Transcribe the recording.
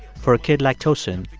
for a kid like tosin,